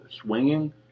swinging